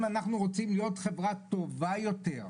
אם אנחנו רוצים להיות חברה טובה יותר,